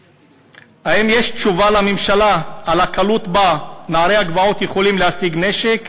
האם יש לממשלה תשובה על הקלות שבה נערי הגבעות יכולים להשיג נשק,